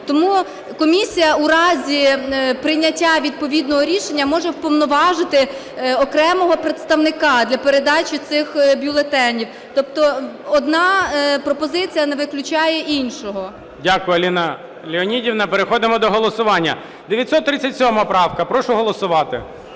Тому комісія у разі прийняття відповідного рішення може уповноважити окремого представника для передачі цих бюлетенів. Тобто одна пропозиція не виключає іншого. ГОЛОВУЮЧИЙ. Дякую, Аліна Леонідівна. Переходимо до голосування. 937 правка. Прошу голосувати.